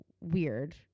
weird